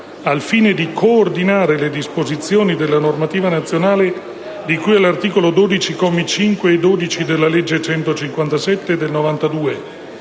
al fine di coordinare le disposizioni della normativa nazionale di cui all'articolo 12, commi 5 e 12, della legge n. 157 del 1992,